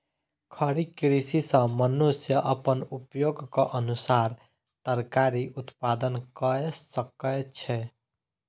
खड़ी कृषि सॅ मनुष्य अपन उपयोगक अनुसार तरकारी उत्पादन कय सकै छै